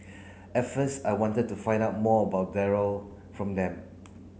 at first I wanted to find out more about from them